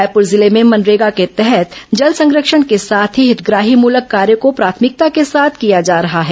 रायपुर जिले में मनरेगा के तहत जल संरक्षण के साथ ही हितग्राहीमलक कार्यों को प्राथमिकता के साथ किया जा रहा है